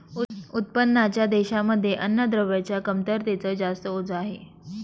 उत्पन्नाच्या देशांमध्ये अन्नद्रव्यांच्या कमतरतेच जास्त ओझ आहे